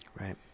right